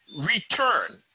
return